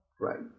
Right